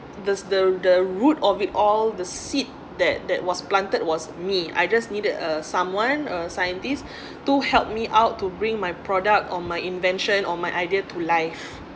there's the the root of it all the seed that that was planted was me I just needed uh someone or scientist to help me out to bring my product or my invention or my idea to life